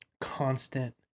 constant